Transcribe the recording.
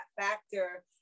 factor